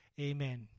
Amen